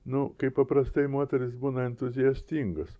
nu kaip paprastai moterys būna entuziastingos